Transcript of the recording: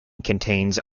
contains